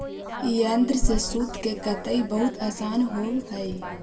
ई यन्त्र से सूत के कताई बहुत आसान होवऽ हई